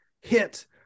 hit